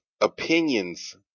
opinions